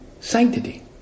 sanctity